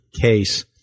case